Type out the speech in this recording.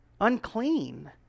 unclean